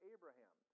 Abraham